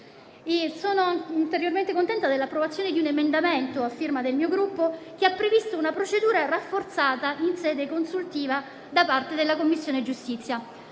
Sono interiormente contenta dell'approvazione di un emendamento, a firma del mio Gruppo, che ha previsto una procedura rafforzata in sede consultiva da parte della Commissione giustizia.